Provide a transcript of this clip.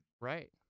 Right